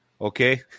okay